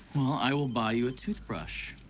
i will buy you a toothbrush.